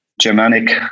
Germanic